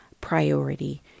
priority